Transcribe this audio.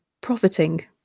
profiting